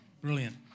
brilliant